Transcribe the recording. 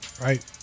Right